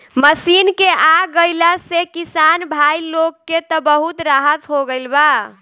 machine के आ गईला से किसान भाई लोग के त बहुत राहत हो गईल बा